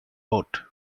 boat